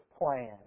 plan